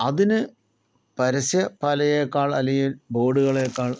അതിന് പരസ്യ പലയേക്കാൾ അല്ലെങ്കിൽ ബോഡുകളേക്കാൾ